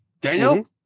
Daniel